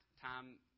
time